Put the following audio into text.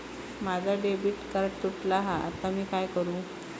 माझा debit card तुटला हा आता मी काय करू?